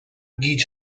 گیج